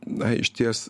na išties